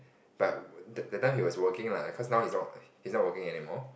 but that that time he was working lah because now he's not he's not working anymore